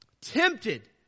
tempted